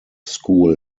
school